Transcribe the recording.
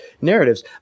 narratives